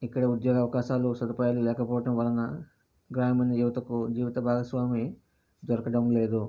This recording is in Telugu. ఇక్కడ ఉద్యోగ అవకాశాలు సదుపాయాలు లేకపోవటం వలన గ్రామీణ యువతకు జీవిత భాగస్వామి దొరకడం లేదు